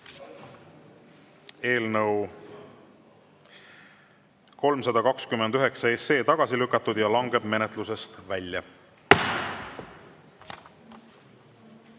Eelnõu 319 on tagasi lükatud ja langeb menetlusest välja.12.